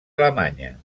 alemanya